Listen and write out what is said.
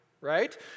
right